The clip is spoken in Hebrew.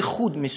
הערביים.